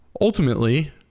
ultimately